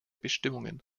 bestimmungen